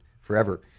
forever